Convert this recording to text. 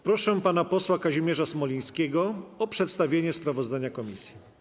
Proszę pana posła Kazimierza Smolińskiego o przedstawienie sprawozdania komisji.